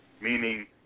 meaning